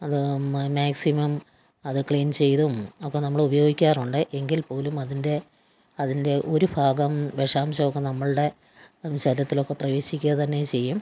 അത് മാക്സിമം അത് ക്ലീൻ ചെയ്തും ഒക്കെ നമ്മളുപയോഗിക്കാറുണ്ട് എങ്കിൽപോലും അതിൻ്റെ അതിൻ്റെ ഒരു ഭാഗം വിഷാംശം ഒക്കെ നമ്മളുടെ ശരീരത്തിലൊക്കെ പ്രവേശിക്കുക തന്നെ ചെയ്യും